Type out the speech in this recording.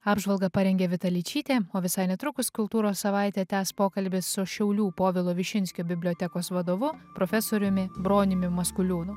apžvalgą parengė vita ličytė o visai netrukus kultūros savaitė tęs pokalbį su šiaulių povilo višinskio bibliotekos vadovu profesoriumi broniumi maskuliūnu